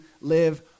live